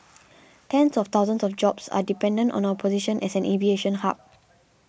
tens of thousands of jobs are dependent on our position as an aviation hub